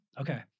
Okay